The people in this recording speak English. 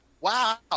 wow